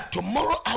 Tomorrow